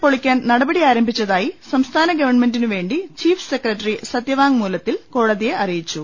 പൊളിക്കാൻ നടപടി ആരംഭിച്ചതായി സംസ്ഥാന ഗവൺമെന്റിന് വേണ്ടി ചീഫ് സെക്രട്ടറി സത്യവാങ്മൂലത്തിൽ കോട തിയെ അറിയിച്ചു